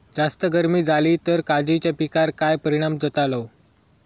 जास्त गर्मी जाली तर काजीच्या पीकार काय परिणाम जतालो?